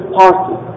party